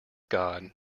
god